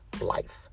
life